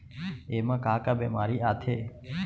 एमा का का बेमारी आथे?